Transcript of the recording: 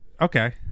okay